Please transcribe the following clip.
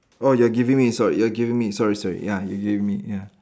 oh you are giving me sorry you are giving me sorry sorry ya you giving me ya